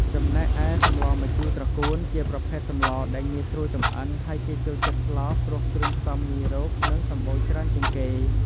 ចំំណែកឯសម្លម្ជូរត្រកួនជាប្រភេទសម្លដែលងាយស្រួលចម្អិនហើយគេចូលចិត្តស្លព្រោះគ្រឿងផ្សំងាយរកនិងសំបូរច្រើនជាងគេ។